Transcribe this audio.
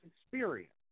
experience